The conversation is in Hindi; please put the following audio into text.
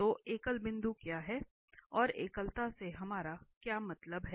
तो एकल बिंदु क्या है और एकलता से हमारा क्या मतलब है